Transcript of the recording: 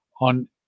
on